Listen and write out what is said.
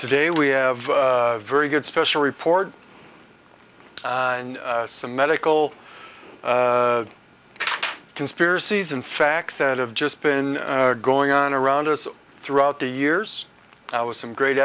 today we have very good special report and some medical conspiracies and facts that have just been going on around us throughout the years i was some great